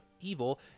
evil